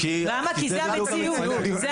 כי זה בדיוק המציאות.